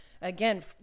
Again